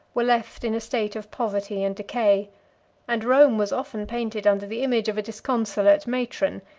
were left in a state of poverty and decay and rome was often painted under the image of a disconsolate matron,